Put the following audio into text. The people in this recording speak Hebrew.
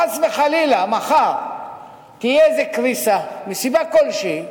חס וחלילה מחר תהיה איזו קריסה, מסיבה כלשהי,